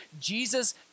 Jesus